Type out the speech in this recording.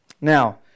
Now